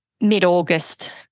mid-August